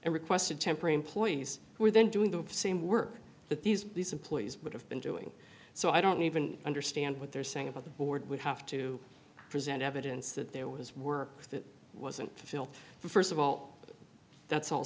and requested temporary employees who are then doing the same work that these these employees would have been doing so i don't even understand what they're saying about the board would have to present evidence that there was work that wasn't the st of all that's al